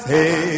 Hey